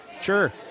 sure